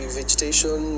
vegetation